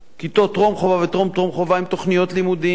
כיתות טרום-חובה וטרום-טרום-חובה עם תוכניות לימודים.